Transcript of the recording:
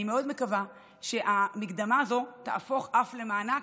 אני מאוד מקווה שהמקדמה הזאת תהפוך אף למענק,